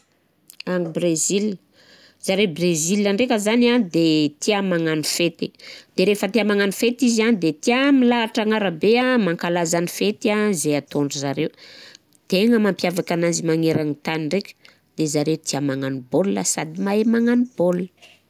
Agny Brezila, zareo Brezila ndraika zany an de tià magnano fety, de rehefa tià magnano fety izy an tià milahatra an'arabe an mankalaza ny fety an izay ataon'ny zareo. Tegna mampiavaka ananzy magneran-tany ndraiky de zareo tià magnano bôl sady mahay magnano bôl.